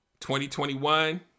2021